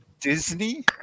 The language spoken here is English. Disney